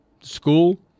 school